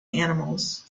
animals